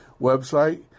website